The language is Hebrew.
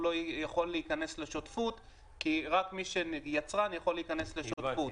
לא יכול להיכנס לשותפות כי רק מי שהוא יצרן יכול להיכנס לשותפות.